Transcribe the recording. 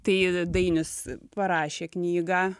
tai dainius parašė knygą